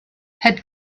had